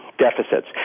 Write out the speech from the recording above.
deficits